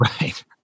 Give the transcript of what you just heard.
right